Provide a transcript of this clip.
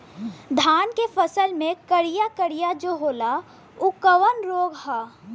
धान के फसल मे करिया करिया जो होला ऊ कवन रोग ह?